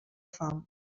fam